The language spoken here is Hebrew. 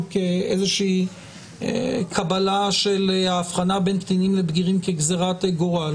כאיזושהי קבלה של ההבחנה בין קטינים לבגירים כגזרת גורל.